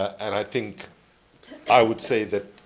and i think i would say that